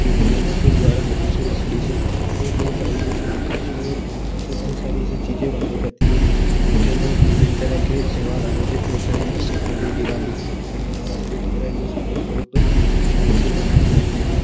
कैदी है उनके द्वारा हाथों से लकड़ी से ए कहीं सारी ऐसी नक्काशी और धातु से कहीं सारी ऐसी चीज़ें बनाई जाती है उज्जैन में विभिन्न तरह के त्यौहार आयोजित हो चाहें जैसे होली दिवाली नवरात्री वगैरह यह सब भी बहुत खुशहाली से मनाए जाते हैं